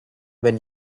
when